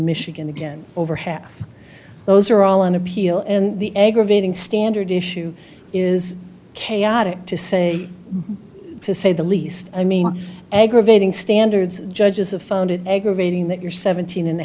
michigan again over half those are all on appeal and the egg of eating standard issue is chaotic to say to say the least i mean aggravating standards judges have found it aggravating that your seventeen and a